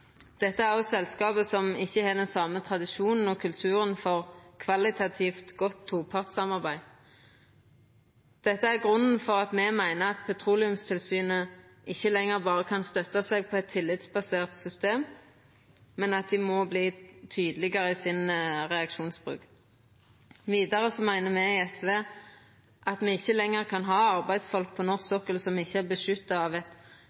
Dette er selskap som ikkje har den same tradisjonen og kulturen for kvalitativt godt topartssamarbeid. Dette er grunnen til at me meiner at Petroleumstilsynet ikkje lenger berre kan støtta seg på eit tillitsbasert system, men at dei må verta tydelegare i reaksjonsbruken sin. Vidare meiner me i SV at me ikkje lenger kan ha arbeidsfolk på norsk sokkel som ikkje er beskytta av